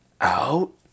Out